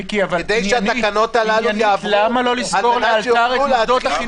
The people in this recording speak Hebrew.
מיקי, למה לא לסגור לאלתר את מוסדות החינוך?